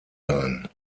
sein